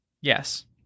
Yes